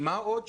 מה עוד,